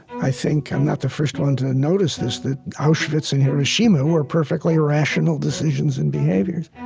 i think, i'm not the first one to notice this, that auschwitz and hiroshima were perfectly rational decisions and behaviors.